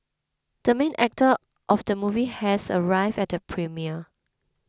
the main actor of the movie has arrived at the premiere